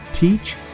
Teach